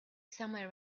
somewhere